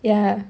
ya